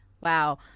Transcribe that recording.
wow